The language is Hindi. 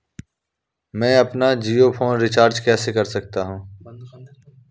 मैं अपना जियो फोन कैसे रिचार्ज कर सकता हूँ?